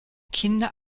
kinde